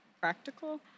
Practical